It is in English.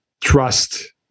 trust